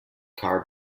car